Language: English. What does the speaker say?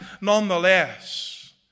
nonetheless